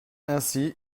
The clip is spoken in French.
ainsi